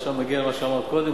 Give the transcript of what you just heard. עכשיו מגיע מה שאמרת קודם,